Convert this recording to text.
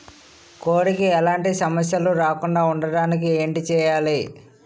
కోడి కి ఎలాంటి సమస్యలు రాకుండ ఉండడానికి ఏంటి చెయాలి?